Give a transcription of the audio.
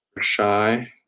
Shy